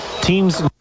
Team's